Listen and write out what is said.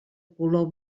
color